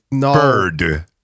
...bird